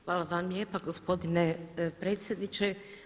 Hvala vam lijepa gospodine predsjedniče.